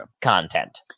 content